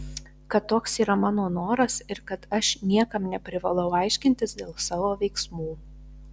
kad toks yra mano noras ir kad aš niekam neprivalau aiškintis dėl savo veiksmų